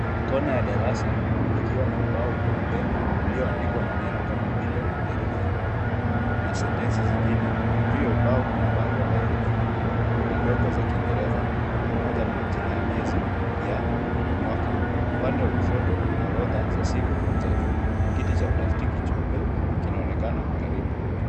Kona ya darasa ikiwa na ubao mweupe ulioandikwa maneno kama vile herufi na sentensi zingine, juu ya ubao kuna bango la herufi kubwa na ndogo za Kiingereza pamoja na majina ya miezi ya mwaka, upande wa kushoto kuna orodha za siku za jumla, kiti cha plastiki cheupe kinaonekana karibu.